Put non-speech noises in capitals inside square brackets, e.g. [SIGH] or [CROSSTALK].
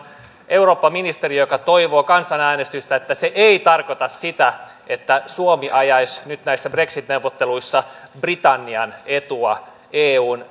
eurooppaministeri joka toivoo kansanäänestystä ei tarkoita sitä että suomi ajaisi nyt näissä brexit neuvotteluissa britannian etua eun [UNINTELLIGIBLE]